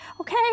okay